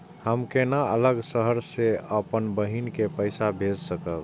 हम केना अलग शहर से अपन बहिन के पैसा भेज सकब?